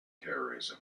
terrorism